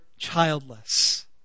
childless